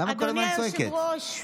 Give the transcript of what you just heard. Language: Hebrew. תצביע נגד נשים,